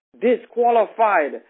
disqualified